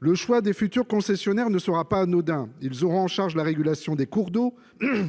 Le choix des futurs concessionnaires ne sera pas anodin : ils auront en charge la régulation des cours d'eau,